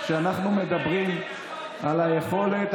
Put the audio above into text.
בהסכם אנחנו מדברים על היכולת,